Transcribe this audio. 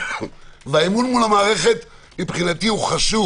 והאמון מול המערכת מבחינתי הוא חשוב.